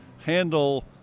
handle